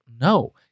No